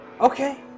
Okay